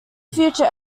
future